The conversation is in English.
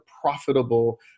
profitable